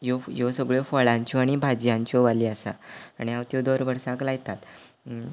ह्यो फ ह्यो सगळ्यो फळांच्यो आनी भाजयांच्यो वाली आसा आनी हांव त्यो दर वर्साक लायतात